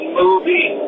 movie